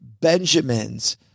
Benjamins